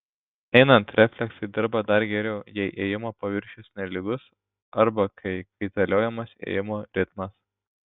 einant refleksai dirba dar geriau jei ėjimo paviršius nelygus arba kai kaitaliojamas ėjimo ritmas